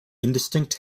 indistinct